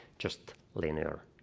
just linear.